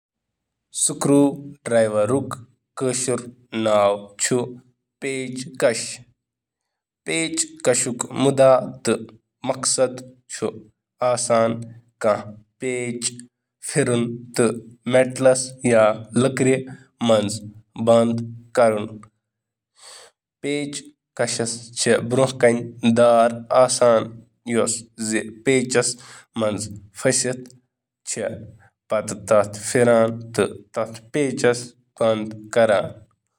screwdriver کٲشِر نام چھیٚہ پیشکش ایٚحمُک مقصد چھیٚہ اَسان کھاہ پیچھ پھیرُن یوس کُن لکمرٕ یا میٹلسمنز یَوان .فساہونو